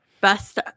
best